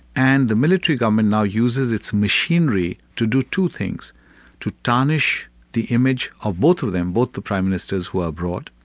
and the military government now uses its machinery to do two things to tarnish the image of both of them, both the prime ministers who are brought,